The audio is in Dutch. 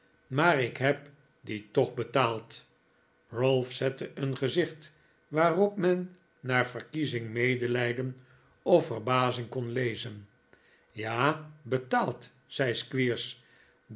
maar ik heb die toch betaald ralph zette een gezicht waarop men naar verkiezing medelijden of verbazing kon lezen ja betaald zei